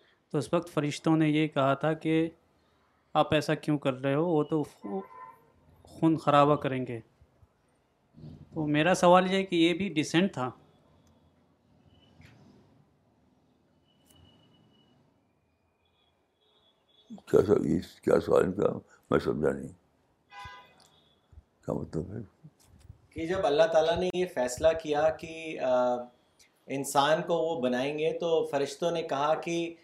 تو اس وقت فرشتوں نے یہ کہا تھا کہ آپ ایسا کیوں کر رہے ہو؟ وہ تو خون- خون خرابہ کریں گے۔ تو میرا سوال یہ ہے کہ یہ بھی dissent تھا۔ کیا سوال- یہ کیا سوال ہے ان کا؟ میں سمجھا نہیں۔ کیا مطلب ہے؟ کہ جب اللہ تعالیٰ نے یہ فیصلہ کیا کہ، آ، انسان کو وہ بنائیں گے تو فرشتوں نے کہا کہ